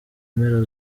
mpera